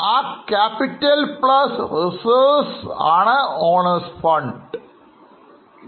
ആ CapitalReserve ആണ് owners fund എന്നു പറയുന്നത്